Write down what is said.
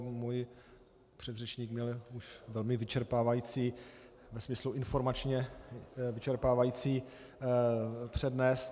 Můj předřečník měl už velmi vyčerpávající ve smyslu informačně vyčerpávající přednes.